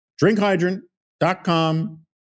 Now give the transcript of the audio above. Drinkhydrant.com